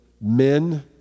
men